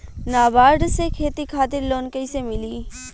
नाबार्ड से खेती खातिर लोन कइसे मिली?